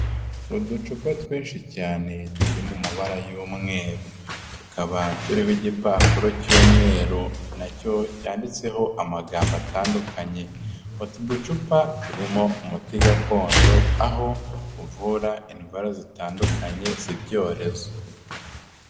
Uducupa twinshi cyane turi mu mabara y'umweru, tukaban turiho igipapuro cy'umweru na cyo cyanditseho amagambo atandukanye, utu ducupa turimo umuti gakondo aho uvura indwara zitandukanye z'ibyorezo.